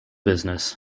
business